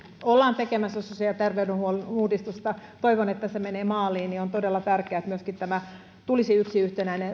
ollaan tekemässä sosiaali ja terveydenhuollon uudistusta toivon että se menee maaliin niin on todella tärkeää että tulisi myöskin tämä yksi yhtenäinen